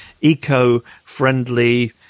eco-friendly